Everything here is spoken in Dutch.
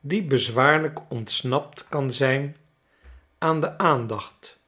die bezwaarlijk ontsnapt kan zijn aan de aandacht